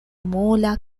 mola